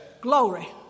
glory